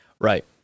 Right